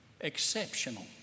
exceptional